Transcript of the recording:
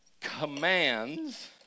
commands